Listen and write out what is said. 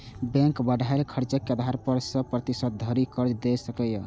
bank पढ़ाइक खर्चक आधार पर सय प्रतिशत धरि कर्ज दए सकैए